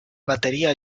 batería